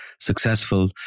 successful